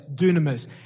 dunamis